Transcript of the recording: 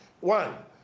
One